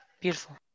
Beautiful